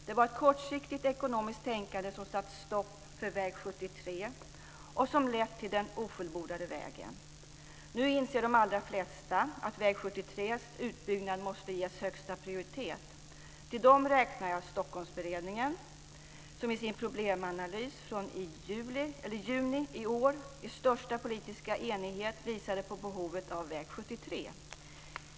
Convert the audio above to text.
Det var ett kortsiktigt ekonomiskt tänkande som satte stopp för väg 73 och som ledde till den ofullbordade vägen. Nu inser de allra flesta att väg 73:s utbyggnad måste ges högsta prioritet. Till dem räknar jag Stockholmsberedningen, som i sin problemanalys från juni i år i största politiska enighet visade på behovet av väg 73.